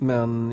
Men